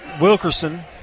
Wilkerson